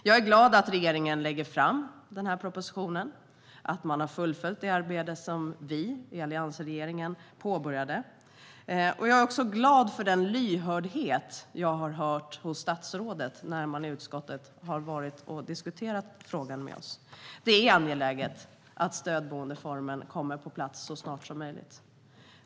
Jag är glad att regeringen lägger fram den här propositionen och därmed fullföljt det arbete som alliansregeringen påbörjade. Jag är också glad för den lyhördhet jag har hört hos statsrådet i utskottet när frågan har diskuterats där med oss. Det är angeläget att stödboendeformen kommer på plats så snart som möjligt.